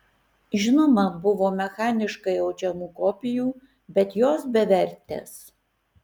žinoma buvo mechaniškai audžiamų kopijų bet jos bevertės